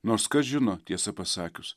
nors kas žino tiesą pasakius